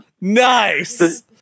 Nice